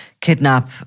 kidnap